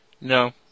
No